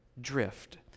drift